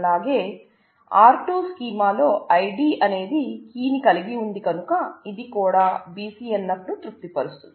అలాగే R2 స్కీమాలో ID అనేది కీ ని కలిగి ఉంది కనుక ఇది కూడా BCNF ను తృప్తి పరుస్తుంది